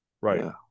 Right